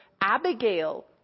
Abigail